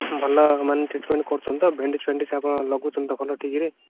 ଭଲ ମାନେ ଟ୍ରିଟମେଣ୍ଟ କରୁଛନ୍ତି ତ ବ୍ୟାଣ୍ଡେଜ୍ ଫ୍ୟାନଡେଜ୍ ଆପଣ ଲଗାଉଛନ୍ତି ତ ଭଲ ଠିକ୍ରେ